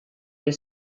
del